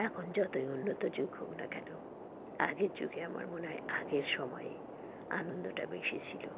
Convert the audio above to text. এখন যতই উন্নত যুগ হোক না কেন আগের যুগে আমার মনে হয় আগের সময়ে আনন্দটা বেশি ছিল